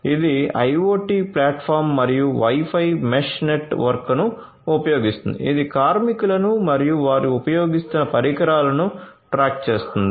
ఇది IoT platform మరియు Wi Fi mesh నెట్వర్క్ను ఉపయోగిస్తుంది ఇది కార్మికులను మరియు వారు ఉపయోగిస్తున్న పరికరాలను ట్రాక్ చేస్తుంది